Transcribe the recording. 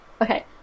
Okay